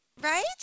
Right